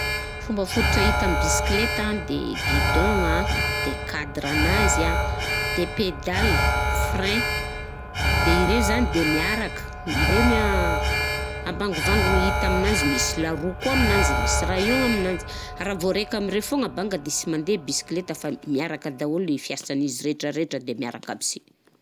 Fomba fototra hita amin'ny bisikleta an de: gidôgna, de cadrenazy a, de pédale, frein, de ireo zany de miaraka, ireny an ambangovangony hita aminanzy: misy laroa koà aminanzy, misy rayon aminanjy, raha vô misy raika foana banga de sy mandeh bisikleta fa miaraka daholo i fiasan'izy retraretra de miaraka aby si.